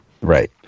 Right